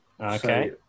Okay